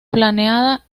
planeada